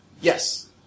Yes